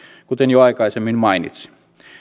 kuten jo aikaisemmin mainitsin